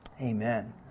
Amen